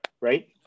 right